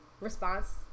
response